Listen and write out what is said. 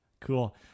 Cool